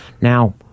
Now